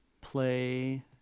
play